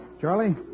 Charlie